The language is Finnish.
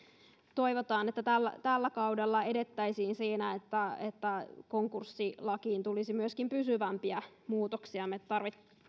toivotaan että tällä tällä kaudella edettäisiin siinä että konkurssilakiin tulisi myöskin pysyvämpiä muutoksia me